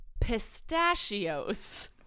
pistachios